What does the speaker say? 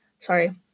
Sorry